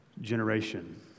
generation